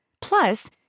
Plus